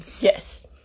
yes